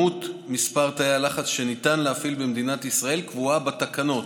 מספר תאי הלחץ שניתן להפעיל במדינת ישראל קבוע בתקנות.